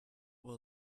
will